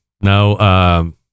no